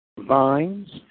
Vines